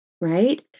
Right